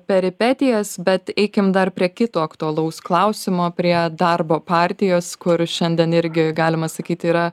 peripetijas bet eikim dar prie kito aktualaus klausimo prie darbo partijos kur šiandien irgi galima sakyt yra